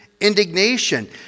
indignation